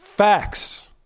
Facts